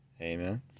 Amen